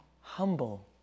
humble